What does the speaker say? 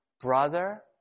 brother